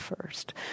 first